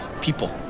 people